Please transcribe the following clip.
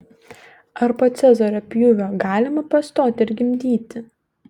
ar po cezario pjūvio galima pastoti ir gimdyti